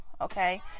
okay